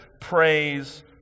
Praise